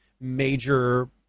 major